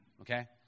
okay